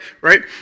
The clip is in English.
Right